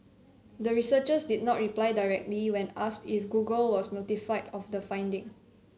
the researchers did not reply directly when asked if Google was notified of the finding